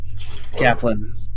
Kaplan